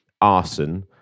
arson